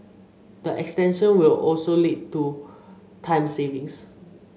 the extension will also lead to time savings